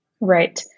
Right